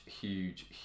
huge